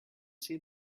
say